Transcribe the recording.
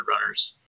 runners